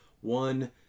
one